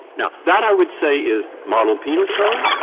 now, that i would say is model penal code.